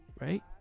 right